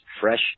fresh